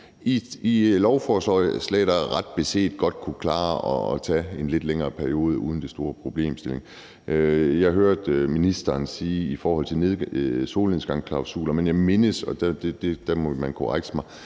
et lovforslag, der ret beset godt kunne klare at blive behandlet over en lidt længere periode uden det store problem. Jeg hørte ministeren sige det om solnedgangsklausuler, men jeg mindes faktisk – ellers må man korrekse mig